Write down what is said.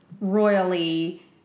royally